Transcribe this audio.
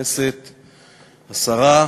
השרה,